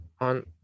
On